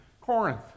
Corinth